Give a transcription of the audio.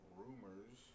rumors